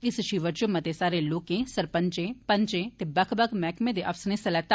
इस शिवर च मते सारे लोकें सरपंचें पंचे ते बक्ख बक्ख मैहकमे दे अफसरें हिस्सा लैता